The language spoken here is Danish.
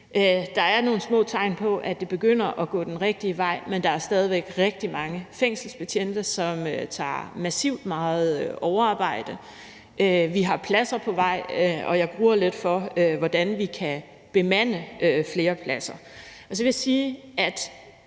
Der er nogle små tegn på, at det begynder at gå den rigtige vej, men der er stadig væk rigtig mange fængselsbetjente, som tager massivt meget overarbejde. Vi har pladser på vej, og jeg gruer lidt for, hvordan vi kan bemande flere pladser. Så vil jeg sige, at